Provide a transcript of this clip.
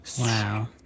Wow